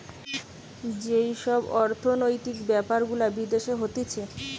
যেই সব অর্থনৈতিক বেপার গুলা বিদেশে হতিছে